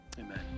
Amen